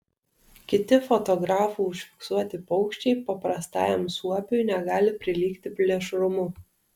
kiti fotografų užfiksuoti paukščiai paprastajam suopiui negali prilygti plėšrumu